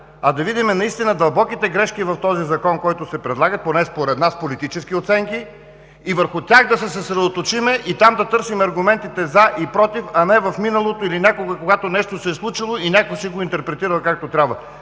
а да видим наистина дълбоките грешки в този Закон, който се предлага – поне според нас с политически оценки, и върху тях да се съсредоточим и там да търсим аргументите „за“ и „против“, а не в миналото или някога, когато нещо се е случило и някой си го е интерпретирал, както трябва.